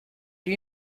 lui